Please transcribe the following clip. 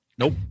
Nope